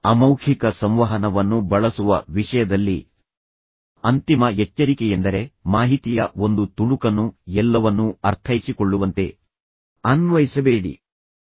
ಅಮೌಖಿಕ ಸಂವಹನವನ್ನು ಬಳಸುವ ವಿಷಯದಲ್ಲಿ ಅಂತಿಮ ಎಚ್ಚರಿಕೆಯೆಂದರೆ ಮಾಹಿತಿಯ ಒಂದು ತುಣುಕನ್ನು ಎಲ್ಲವನ್ನೂ ಅರ್ಥೈಸಿಕೊಳ್ಳುವಂತೆ ಅನ್ವಯಿಸಬೇಡಿ